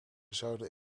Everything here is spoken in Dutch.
zouden